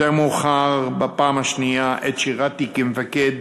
יותר מאוחר, בפעם השנייה, עת שירתי כמפקד